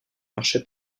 marché